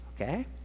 Okay